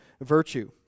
virtue